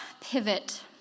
pivot